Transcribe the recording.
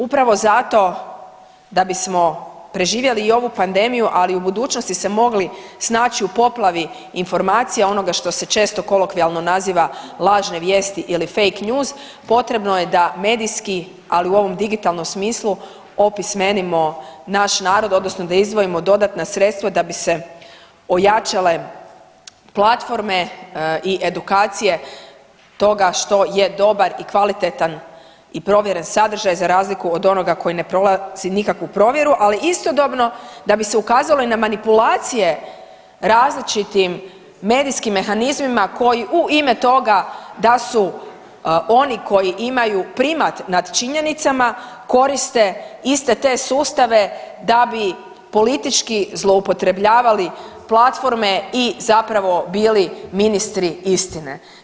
Upravo zato da bismo preživjeli i ovu pandemiju, ali i u budućnosti se mogli snaći u poplavi informacija, onoga što se često kolokvijalno naziva lažne vijesti ili fake news, potrebno je da medijski, ali u ovom digitalnom smislu, opismenimo naš narod, odnosno da izdvojimo dodatna sredstva da bi se ojačale platforme i edukacije toga što je dobar i kvalitetan i provjeren sadržaj, za razliku od onoga koji ne prolazi nikakvu provjeru, ali istodobno da bi se ukazalo i na manipulacije različitim medijskim mehanizmima koji u ime toga da su oni koji imaju primat nad činjenicama, koriste iste te sustave da bi politički zloupotrebljavali platforme i zapravo bili ministri istine.